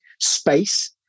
space